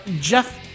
Jeff